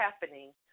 happening